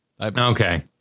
Okay